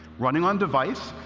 running on device,